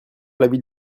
l’avis